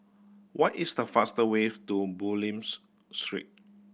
what is the fast ways to Bulim Street